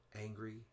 angry